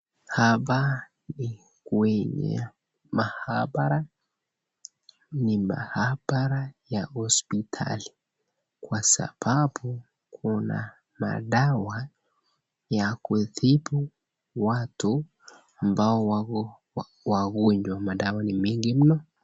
Hapa ni kwenye maabara, ni maabara ya hospitali kwa sababu kuna madawa ya kutibu watu ambao wako wagonjwa, madawa ni mengi mno.